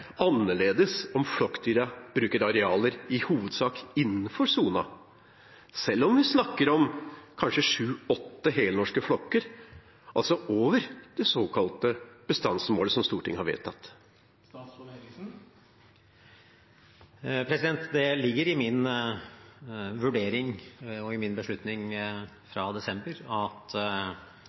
annerledes om flokkdyrene bruker arealer i hovedsak innenfor sonen, selv om vi snakker om kanskje sju–åtte helnorske flokker, altså over det såkalte bestandsmålet som Stortinget har vedtatt? Det ligger i min vurdering og i min beslutning fra desember at